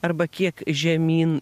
arba kiek žemyn